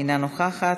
אינה נוכחת.